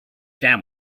down